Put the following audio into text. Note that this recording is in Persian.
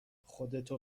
خودتو